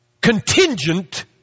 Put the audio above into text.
contingent